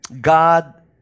God